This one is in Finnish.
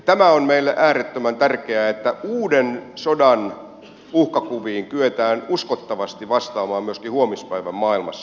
tämä on meille on äärettömän tärkeää että uuden sodan uhkakuviin kyetään uskottavasti vastaamaan myöskin huomispäivän maailmassa